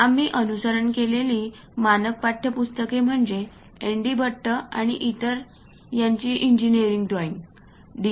आम्ही अनुसरण केलेली मानक पाठ्यपुस्तके म्हणजे एनडी भट्ट आणि इतर यांची इंजिनिअरिंग ड्रॉइंग डी